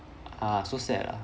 ah so sad ah